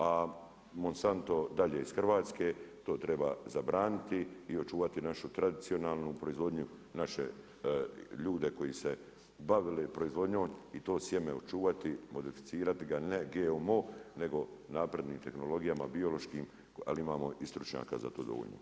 A Monsanto dalje iz Hrvatske, to treba zabraniti i očuvati našu tradicionalnu proizvodnju, naše ljude koji se bave proizvodnjom i to sjeme očuvati, modificirati ga, ne GMO nego naprednim tehnologijama biološkim ali imamo i stručnjaka za to dovoljno.